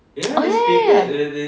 oh ya ya ya